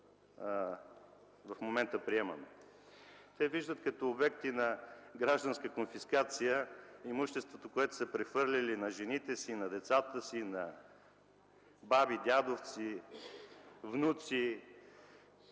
в момента приемаме. Те виждат като обект на гражданска конфискация имуществото, което са прехвърлили на жените си, децата си, баби, дядовци, внуци,